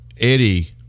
Eddie